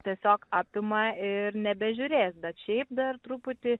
tiesiog apima ir nebežiūrės bet šiaip dar truputį